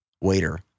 waiter